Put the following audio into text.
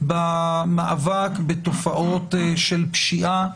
במאבק בתופעות הפשיעה,